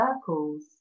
circles